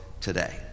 today